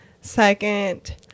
second